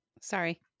sorry